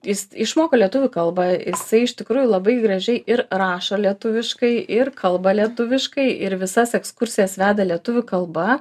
jis išmoko lietuvių kalbą jisai iš tikrųjų labai gražiai ir rašo lietuviškai ir kalba lietuviškai ir visas ekskursijas veda lietuvių kalba